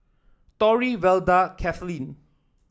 Torry Velda Cathleen